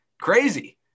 Crazy